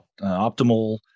optimal